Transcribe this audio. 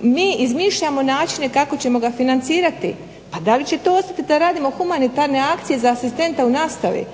Mi izmišljamo načine kako ćemo ga financirati, pa da li će to ostati da radimo humanitarne akcije za asistenta u nastavi